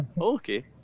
Okay